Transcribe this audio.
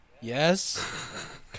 Yes